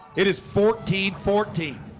it is fourteen fourteen